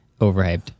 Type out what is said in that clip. Overhyped